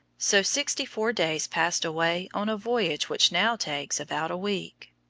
so sixty-four days passed away on a voyage which now takes about a week,